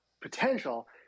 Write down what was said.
potential